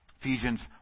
Ephesians